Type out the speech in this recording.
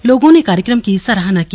लोगों ने कार्यक्रम की सराहना की